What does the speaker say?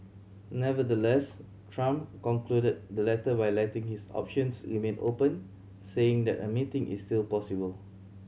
Nevertheless Trump concluded the letter by letting his options remain open saying that a meeting is still possible